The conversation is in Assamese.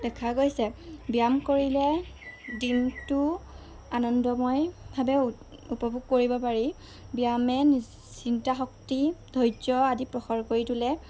দেখা গৈছে ব্যায়াম কৰিলে দিনটো আনন্দময়ভাৱে উপভোগ কৰিব পাৰি ব্যায়ামে নিজ চিন্তা শক্তি ধৈৰ্য আদি প্ৰসাৰ কৰি তোলে